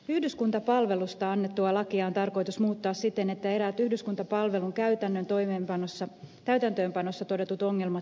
yhdyskuntapalvelusta annettua lakia on tarkoitus muuttaa siten että eräät yhdyskuntapalvelun täytäntöönpanossa todetut ongelmat saataisiin poistettua